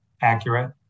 accurate